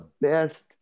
best